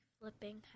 flipping